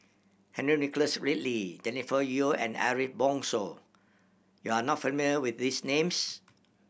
Henry Nicholas Ridley Jennifer Yeo and Ariff Bongso you are not familiar with these names